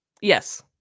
Yes